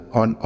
on